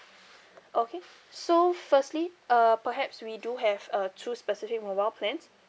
okay so firstly uh perhaps we do have a two specific mobile plans